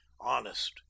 honest